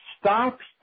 stops